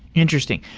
interesting.